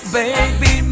baby